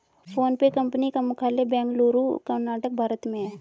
PhonePe company का मुख्यालय बेंगलुरु कर्नाटक भारत में है